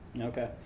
Okay